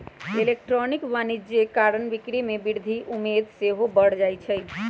electronic वाणिज्य कारण बिक्री में वृद्धि केँ उम्मेद सेहो बढ़ जाइ छइ